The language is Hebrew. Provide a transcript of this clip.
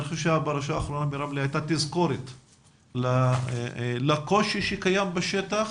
הפרשה האחרונה ברמלה הייתה תזכורת לקושי שקיים בשטח